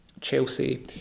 Chelsea